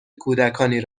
کودکانی